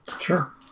Sure